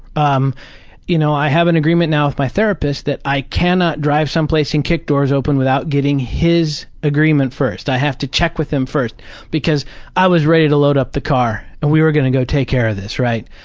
um you know, i have an agreement now with my therapist that i cannot drive someplace and kick doors open without getting his agreement first. i have to check with them first because i was ready to load up the car and we were gonna go take care of this, right?